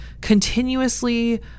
continuously